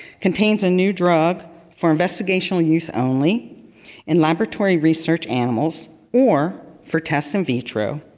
contains a new drug for investigational use only in laboratory research animals or for test in vitro.